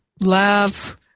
love